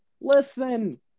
listen